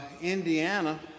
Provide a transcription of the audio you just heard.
Indiana